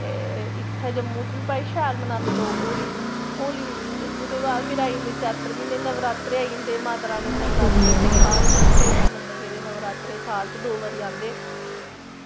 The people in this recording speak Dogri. ते इत्थें भाई जम्मू च बी शैल मनांदे लोग होली होली ते फ्ही ओह्दे बाद आई जंदे चैत्र म्हीने नवरात्रे नवरात्रे आई जंदे माता रानी दे नवरात्रे आई जंदे सारें कोला श्रेष्ठ मन्ने गेदे नवरात्रे एह् साल च दौ बारी आंदे